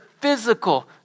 physical